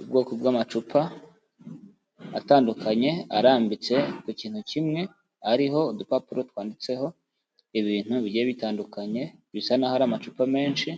Ubwoko bw'amacupa atandukanye arambitse ku kintu kimwe, ariho udupapuro twanditseho ibintu bigiye bitandukanye bisa n'aho ari amacupa menshi,